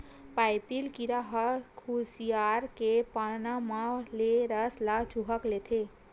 पाइपिला कीरा ह खुसियार के पाना मन ले रस ल चूंहक लेथे